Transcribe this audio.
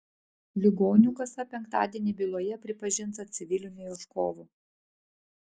ligonių kasa penktadienį byloje pripažinta civiliniu ieškovu